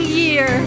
year